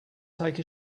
take